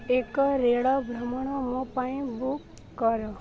ଏକ ରେଳ ଭ୍ରମଣ ମୋ ପାଇଁ ବୁକ୍ କର